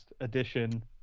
edition